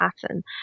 pattern